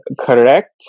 correct